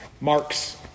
mark's